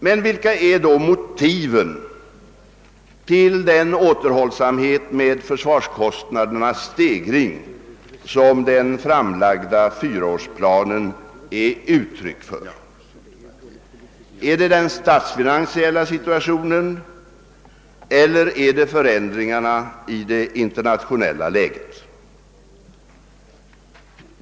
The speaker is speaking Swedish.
Men vilka är då motiven för den återhållsamhet med försvarskostnadernas stegring som den framlagda fyraårsplanen är uttryck för? Är det den statsfinansiella situationen eller är det förändringarna i det internationella läget?